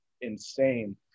insane